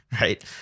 right